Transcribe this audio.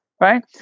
Right